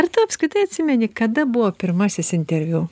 ar tu apskritai atsimeni kada buvo pirmasis interviu